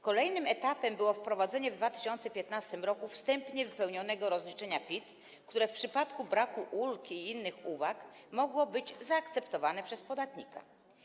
Kolejnym etapem było wprowadzenie w 2015 r. wstępnie wypełnionego rozliczenia PIT, które w przypadku braku ulg i innych uwag mogło być zaakceptowane przez podatnika.